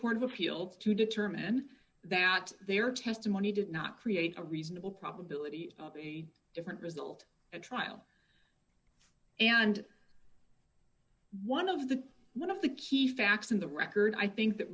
appeals to determine that their testimony did not create a reasonable probability of a different result a trial and one of the one of the key facts in the record i think that